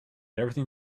everything